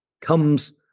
comes